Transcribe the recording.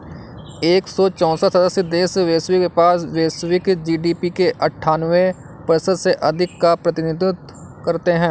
एक सौ चौसठ सदस्य देश वैश्विक व्यापार, वैश्विक जी.डी.पी के अन्ठान्वे प्रतिशत से अधिक का प्रतिनिधित्व करते हैं